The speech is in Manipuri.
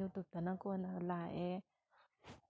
ꯌꯨꯇꯞꯇꯅ ꯀꯣꯟꯅ ꯂꯥꯛꯑꯦ